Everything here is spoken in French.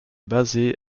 basée